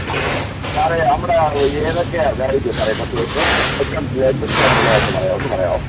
അ അ സാറെ അവിടെ ഏതൊക്കെ വെറൈറ്റിയാ സാറെ ഇപ്പം കേക്ക് ഏറ്റോം ലേറ്റസ്റ്റ് ആയിട്ടുള്ളത് ഏതെന്ന് പറയാമോ ഒന്ന് പറയാമോ